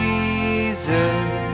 Jesus